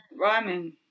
rhyming